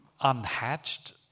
unhatched